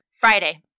Friday